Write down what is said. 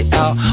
out